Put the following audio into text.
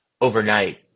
overnight